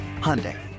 Hyundai